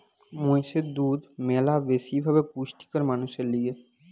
মহিষের দুধ ম্যালা বেশি ভাবে পুষ্টিকর মানুষের লিগে